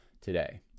today